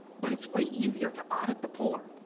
but it's way easier to audit the poor.